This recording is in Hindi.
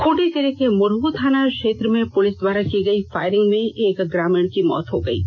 खूंटी जिले के मुरहू थाना क्षेत्र में पुलिस द्वारा की गई फायरिंग में एक ग्रामीण की मौत हो गयी है